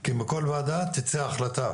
כי מכל ועדה תצא החלטה